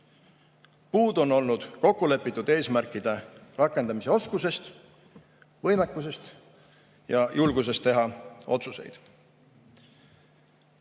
Puudu on olnud kokkulepitud eesmärkide rakendamise oskusest, võimekusest ja julgusest teha otsuseid.